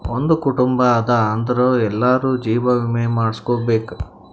ಒಂದ್ ಕುಟುಂಬ ಅದಾ ಅಂದುರ್ ಎಲ್ಲಾರೂ ಜೀವ ವಿಮೆ ಮಾಡುಸ್ಕೊಬೇಕ್